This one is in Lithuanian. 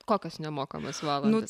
kokias nemokamas valandas